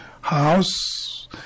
house